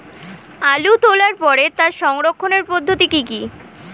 আলু তোলার পরে তার সংরক্ষণের পদ্ধতি কি কি?